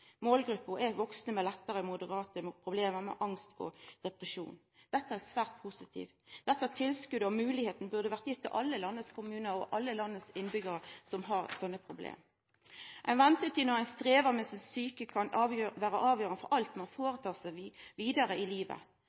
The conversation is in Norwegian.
Målgruppa er vaksne med lettare til moderate problem med angst og depresjon. Dette er svært positivt. Dette tilskotet og denne moglegheita burde ha vore gitt til alle landets kommunar – og til alle landets innbyggjarar som har slike problem. Ventetida når ein strevar med psyken sin, kan vera avgjerande for alt ein føretek seg vidare i livet.